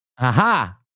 Aha